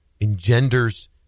engenders